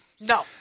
No